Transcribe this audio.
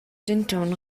denton